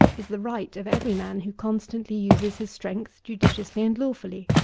is the right of every man who constantly uses his strength judiciously and lawfully.